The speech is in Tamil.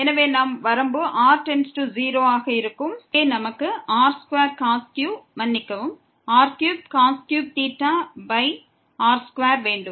எனவே நம் வரம்பு r→0 ஆக இருக்கும் இங்கே நமக்கு r2cos q மன்னிக்கவும் r3 r2 வேண்டும்